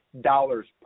dollars